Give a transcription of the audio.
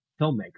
filmmaker